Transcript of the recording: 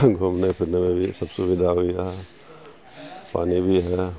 گھومنے پھرنے میں بھی سب سویدھا ہوئی ہے پانی بھی ہے